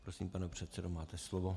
Prosím, pane předsedo, máte slovo.